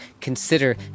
Consider